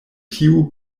tiu